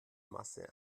masse